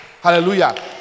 Hallelujah